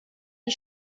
die